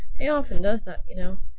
he often does that, you know.